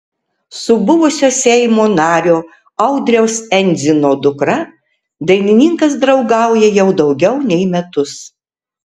su buvusio seimo nario audriaus endzino dukra dainininkas draugauja jau daugiau nei metus